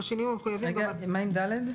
מה עם (ד)?